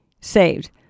saved